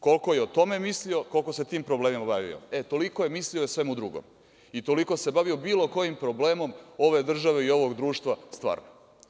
Koliko je o tome mislio, koliko se tim problemima bavio, e, toliko je mislio i o svemu drugom i toliko se bavio bilo kojim problemom ove države i ovog društva stvarno.